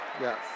Yes